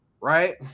right